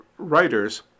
writers